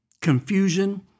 confusion